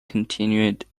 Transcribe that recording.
continued